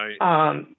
Right